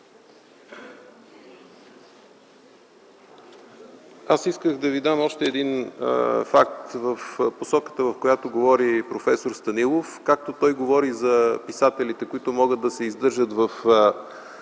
Аз исках да ви дам още един факт в посоката, в която говори проф. Станилов. Както той говори за писателите, които могат да се издържат в